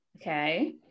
Okay